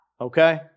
okay